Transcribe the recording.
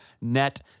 Net